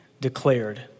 declared